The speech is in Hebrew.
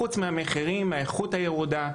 חוץ מהמחירים, האיכות הירודה.